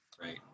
Right